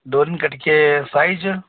ಡೋರಿನ ಕಟ್ಕೀ ಸೈಝ್